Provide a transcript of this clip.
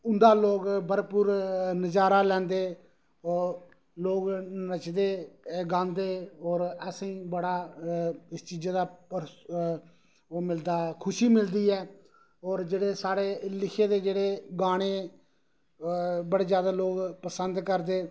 उं'दा लोक बरपूर नजारा लैंदे और लोग नचदे गांदे और असेंगी बडा इस चीजा दा ओह् मिलदा खुशी मिलदी ऐ और जेह्डे़ साढ़े लिखे दे जेह्डे़ गाने बडे़ जैदा लोक पसंद करदे